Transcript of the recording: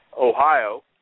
Ohio